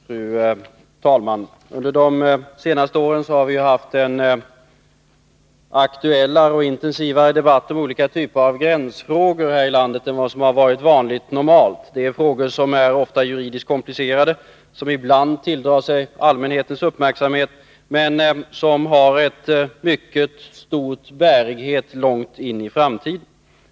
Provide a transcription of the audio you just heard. Fru talman! Under de senaste åren har vi här i landet haft en aktuellare och intensivare debatt om olika typer av gränsfrågor än vad som har varit vanligt. Det är frågor som ofta är juridiskt komplicerade, som ibland tilldrar sig allmänhetens uppmärksamhet, men som framför allt har en mycket stor bärighet långt in i framtiden.